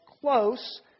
close